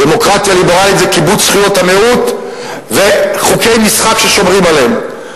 דמוקרטיה ליברלית זה כיבוד זכויות המיעוט וחוקי משחק ששומרים עליהם.